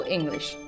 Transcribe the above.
English